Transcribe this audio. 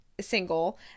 single